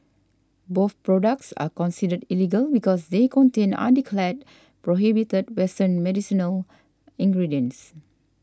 both products are considered illegal because they contain undeclared prohibited western medicinal ingredients